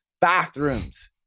bathrooms